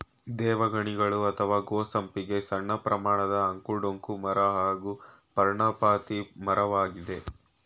ದೇವಗಣಿಗಲು ಅತ್ವ ಗೋ ಸಂಪಿಗೆ ಸಣ್ಣಪ್ರಮಾಣದ ಅಂಕು ಡೊಂಕು ಮರ ಹಾಗೂ ಪರ್ಣಪಾತಿ ಮರವಾಗಯ್ತೆ